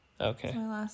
Okay